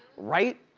right?